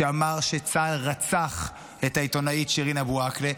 שאמר שצה"ל רצח את העיתונאית שירין אבו עאקלה,